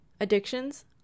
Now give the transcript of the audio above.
addictions